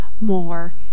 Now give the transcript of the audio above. more